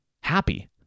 happy